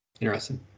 Interesting